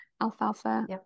alfalfa